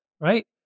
Right